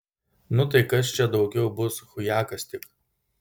nu tai kas čia daugiau bus chujakas tik